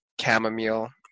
chamomile